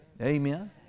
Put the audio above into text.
Amen